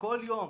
כל יום